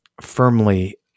firmly